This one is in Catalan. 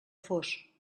fos